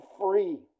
free